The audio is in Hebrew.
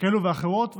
כאלה ואחרות,